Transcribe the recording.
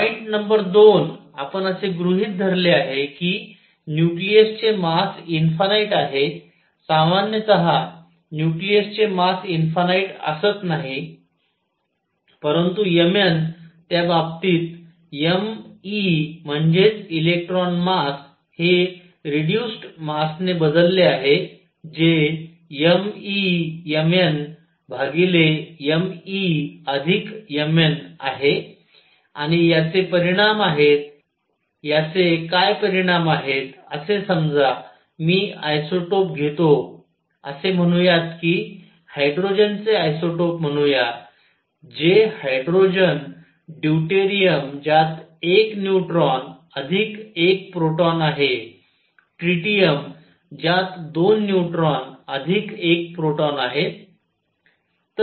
point number दोन आपण असे गृहीत धरले आहे कि न्यूक्लियसचे मास इन्फानाइट आहे सामान्यतह न्यूक्लियसचे मास इन्फानाइट असत नाही परंतु Mn त्या बाबतीत m e म्हणजे इलेक्ट्रॉन मास हे रेड्युज्ड मासने बदलले आहे जे m e M n भागिले m e अधिक M n आहे आणि याचे परिणाम आहेत याचे काय परिणाम आहेत असे समजा मी आइसोटोप घेतो असे म्हणूयात कि हायड्रोजनचे आइसोटोप म्हणूया जे हायड्रोजन ड्यूटेरियम ज्यात 1 न्यूट्रॉन अधिक 1 प्रोटॉन आहे ट्रिटियम ज्यात 2 न्यूट्रॉन अधिक 1 प्रोटॉन आहेत